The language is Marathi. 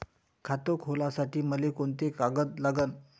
खात खोलासाठी मले कोंते कागद लागन?